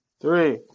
Three